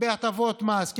בהטבות מס.